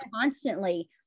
constantly